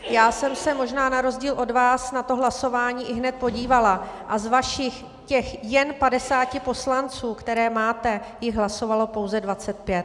Já jsem se možná na rozdíl od vás na to hlasování ihned podívala a z vašich těch jen 50 poslanců, které máte, jich hlasovalo pouze 25.